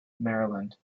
maryland